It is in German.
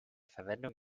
verwendung